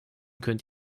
könnt